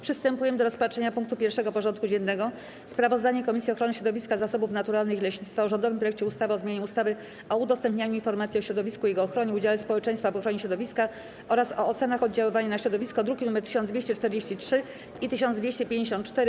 Przystępujemy do rozpatrzenia punktu 1. porządku dziennego: Sprawozdanie Komisji Ochrony Środowiska, Zasobów Naturalnych i Leśnictwa o rządowym projekcie ustawy o zmianie ustawy o udostępnianiu informacji o środowisku i jego ochronie, udziale społeczeństwa w ochronie środowiska oraz o ocenach oddziaływania na środowisko (druki nr 1243 i 1254)